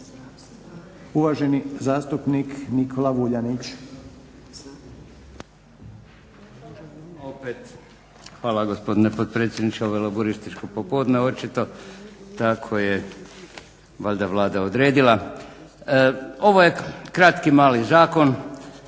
laburisti - Stranka rada)** Hvala gospodine potpredsjedniče. Ovo je lauburističko popodne očito. Tako je valjda Vlada odredila. Ovo je kratki mali zakon.